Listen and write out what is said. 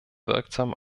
wirksam